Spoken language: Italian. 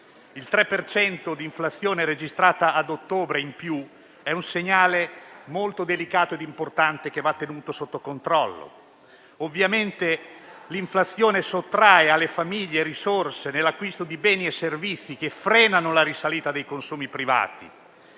cento di inflazione in più registrato a ottobre è un segnale molto delicato e importante che va tenuto sotto controllo. Ovviamente l'inflazione sottrae alle famiglie risorse nell'acquisto di beni e servizi, frenando così la risalita dei consumi privati.